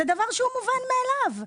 זה דבר שהוא מובן מאליו.